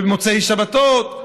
ובמוצאי שבתות,